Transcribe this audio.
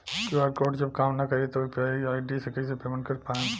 QR code जब काम ना करी त यू.पी.आई आई.डी से कइसे पेमेंट कर पाएम?